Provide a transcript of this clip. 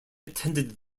attended